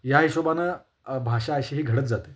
या हिशोबानं भाषा अशी ही घडत जाते